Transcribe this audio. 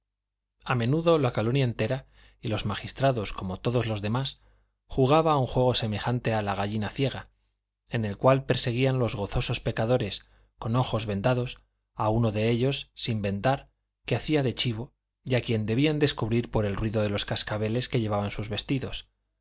a menudo la colonia entera y los magistrados como todos los demás jugaba un juego semejante a la gallina ciega en el cual perseguían los gozosos pecadores con los ojos vendados a uno de ellos sin vendar que hacía de chivo y a quien debían descubrir por el ruido de los cascabeles que llevaba en sus vestidos